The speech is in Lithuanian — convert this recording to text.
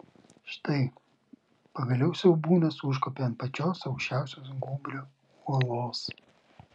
štai pagaliau siaubūnas užkopė ant pačios aukščiausios gūbrio uolos